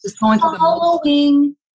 following